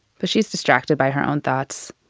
but she's distracted by her own thoughts.